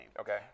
Okay